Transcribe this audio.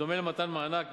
בדומה למתן מענק,